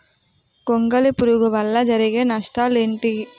గొంగళి పురుగు వల్ల జరిగే నష్టాలేంటి?